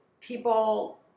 people